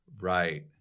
Right